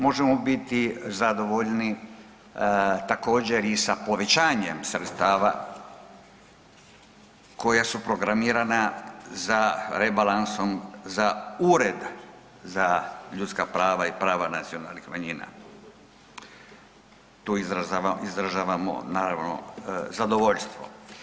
Možemo biti zadovoljni također i sa povećanjem sredstava koja su programirana za rebalansom za Ured za ljudska prava i prava nacionalnih manjina, tu izražavamo naravno zadovoljstvo.